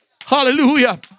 Hallelujah